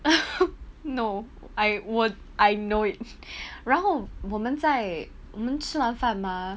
no I 我 I know it 然后我们在我们吃完饭吗